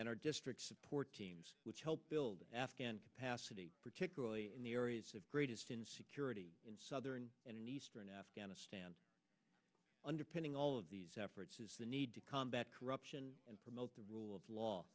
and our district support teams which help build afghan capacity particularly in the areas of greatest insecurity in southern and in eastern afghanistan underpinning all of these efforts is the need to combat corruption and promote the rule of law